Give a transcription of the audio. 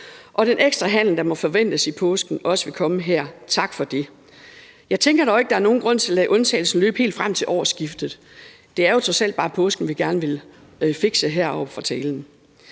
at den ekstra handel, der må forventes i påsken, også vil komme her. Tak for det. Jeg tænker dog ikke, at der er nogen grund til at lade undtagelsen løbe helt frem til årsskiftet. Det er jo trods alt bare påsken, vi gerne vil fikse herfra.